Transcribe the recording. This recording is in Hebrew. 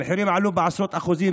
המחירים עלו בעשרות אחוזים,